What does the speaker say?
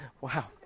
Wow